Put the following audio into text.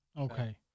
okay